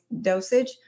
dosage